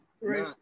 Right